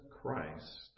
Christ